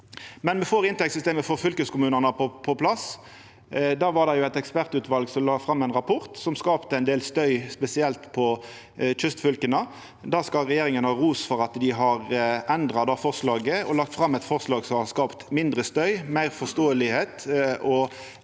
Men me får inntektssystemet for fylkeskommunane på plass. Der var det eit ekspertutval som la fram ein rapport som skapte ein del støy, spesielt i kystfylka. Regjeringa skal ha ros for at dei har endra det forslaget og lagt fram eit forslag som har skapt mindre støy, meir forståing og